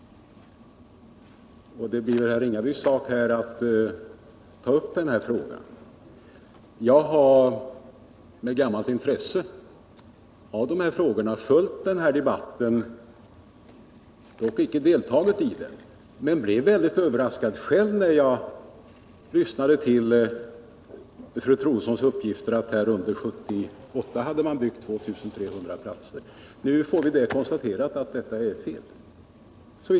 Det får vara herr Ringabys sak att klara upp den Jag har med intresse följt den här debatten, dock icke deltagit i den, och jag blev själv mycket överraskad när jag lyssnade till fru Troedssons uppgifter att man under 1978 hade byggt 2 300 platser. Nu har vi, såvitt jag förstår, fått konstaterat att detta är fel.